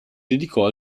dedicò